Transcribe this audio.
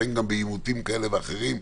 לפעמים גם בעימותים כאלה ואחרים,